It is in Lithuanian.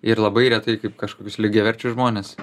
ir labai retai kaip kažkokius lygiaverčius žmones